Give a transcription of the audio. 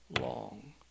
long